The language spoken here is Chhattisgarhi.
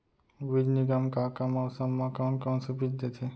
बीज निगम का का मौसम मा, कौन कौन से बीज देथे?